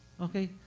Okay